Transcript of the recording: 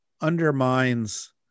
undermines